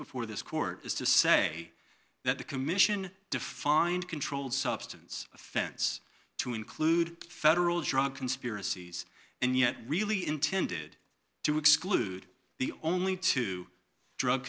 before this court is to say that the commission defined controlled substance offense to include federal drug conspiracies and yet really intended to exclude the only two drug